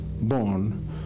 born